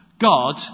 God